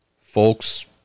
Folks